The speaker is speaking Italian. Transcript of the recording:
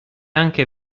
anche